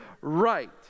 right